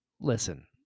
listen